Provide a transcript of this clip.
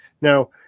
Now